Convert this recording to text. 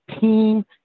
team